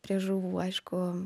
prie žuvų aišku